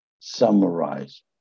summarize